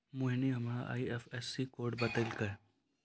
मोहिनी हमरा IFSC code बतैलकै